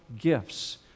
gifts